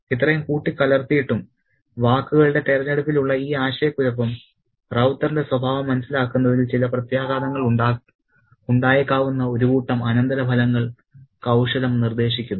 ഇത്രയും കൂട്ടികലർത്തിയിട്ടും വാക്കുകളുടെ തിരഞ്ഞെടുപ്പിലുള്ള ഈ ആശയക്കുഴപ്പം റൌത്തറിന്റെ സ്വഭാവം മനസ്സിലാക്കുന്നതിൽ ചില പ്രത്യാഘാതങ്ങൾ ഉണ്ടായേക്കാവുന്ന ഒരു കൂട്ടം അനന്തരഫലങ്ങൾ കൌശലം നിർദ്ദേശിക്കുന്നു